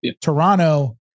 Toronto